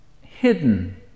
hidden